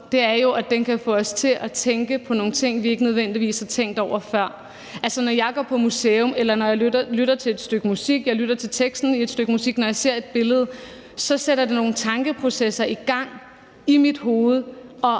er jo, at den kan få os til at tænke på nogle ting, vi ikke nødvendigvis har tænkt over før. Når jeg går på museum, eller når jeg lytter til et stykke musik, når jeg lytter til teksten i et stykke musik, eller når jeg ser et billede, sætter det nogle processer i gang i mit hoved og